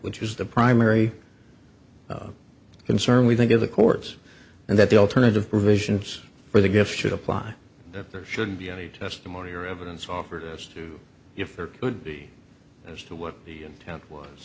which is the primary concern we think of the courts and that the alternative provisions for the gift should apply that there should be any testimony or evidence offered as to if there would be as to what the count was